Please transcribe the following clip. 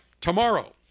tomorrow